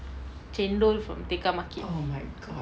chendol from tekka market